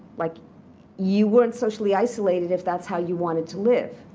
like you weren't socially isolated if that's how you wanted to live.